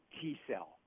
t-cell